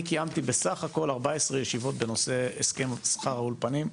אני קיימתי בסך הכל 14 ישיבות בנושא הסכם שכר האולפנים,